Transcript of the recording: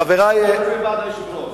בעד היושב-ראש.